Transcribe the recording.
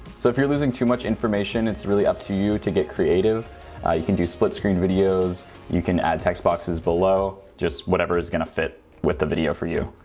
so if you're losing too much information it's really up to you to get creative you can do split screen videos you can add text boxes below just whatever is gonna fit with the video for you.